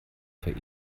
für